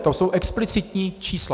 To jsou explicitní čísla.